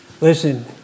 Listen